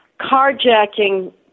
carjacking